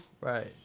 Right